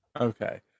okay